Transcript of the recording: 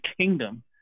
kingdom